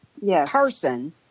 person